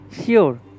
Sure